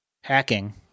hacking